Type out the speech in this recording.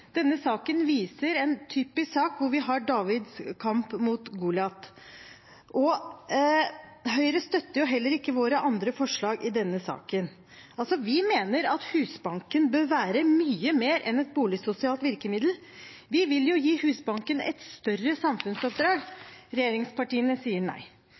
denne saken. Vi mener at Husbanken bør være mye mer enn et boligsosialt virkemiddel. Vi vil gi Husbanken et større samfunnsoppdrag – regjeringspartiene sier nei.